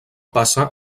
passa